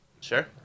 Sure